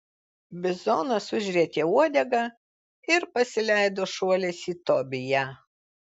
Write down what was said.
bizonas užrietė uodegą ir pasileido šuoliais į tobiją